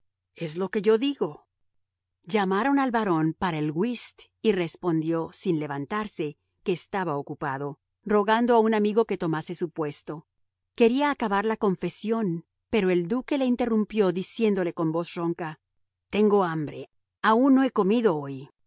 es lo que yo digo llamaron al barón para el whist y respondió sin levantarse que estaba ocupado rogando a un amigo que tomase su puesto quería acabar la confesión pero el duque le interrumpió diciéndole con voz ronca tengo hambre aun no he comido hoy